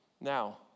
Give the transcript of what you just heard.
Now